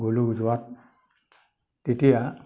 গ'লোঁ যোৱাত তেতিয়া